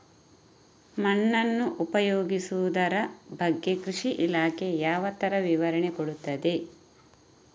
ಮಣ್ಣನ್ನು ಉಪಯೋಗಿಸುದರ ಬಗ್ಗೆ ಕೃಷಿ ಇಲಾಖೆ ಯಾವ ತರ ವಿವರಣೆ ಕೊಡುತ್ತದೆ?